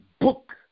book